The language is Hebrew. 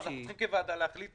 אנחנו צריכים כוועדה להחליט